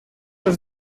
los